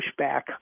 pushback